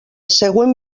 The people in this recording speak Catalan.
següent